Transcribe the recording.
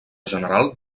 general